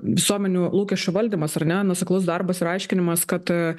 visuomenių lūkesčių valdymas ar ne nuoseklus darbas ir aiškinimas kad